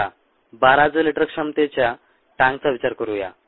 चला 12000 लिटर क्षमतेच्या टँकचा विचार करूया